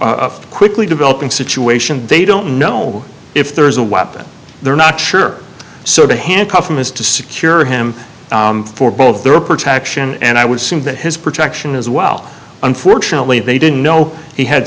a quickly developing situation they don't know if there is a weapon they're not sure so the handcuff him is to secure him for both their protection and i would seem that his protection as well unfortunately they didn't know he had